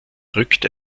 rückt